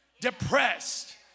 depressed